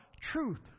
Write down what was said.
Truth